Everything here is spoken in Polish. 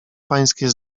pańskie